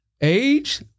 age